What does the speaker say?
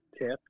tip